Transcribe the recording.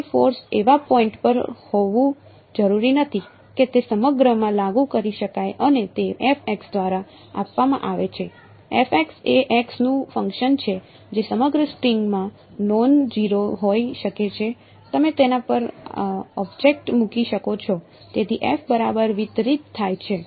તે ફોર્સ એવા પોઇન્ટ પર હોવું જરૂરી નથી કે તે સમગ્રમાં લાગુ કરી શકાય અને તે f એ x નું ફંક્શન છે જે સમગ્ર સ્ટ્રિંગમાં નોન જીરો હોઈ શકે છે તમે તેના પર ઑબ્જેક્ટ મૂકી શકો છો તેથી f બરાબર વિતરિત થાય છે